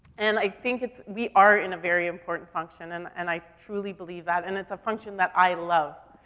and i think it's we are in a very important function, and, and i truly believe that, and it's a function that i love.